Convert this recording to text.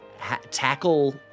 tackle